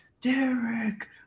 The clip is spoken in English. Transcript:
Derek